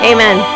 Amen